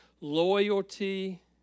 Loyalty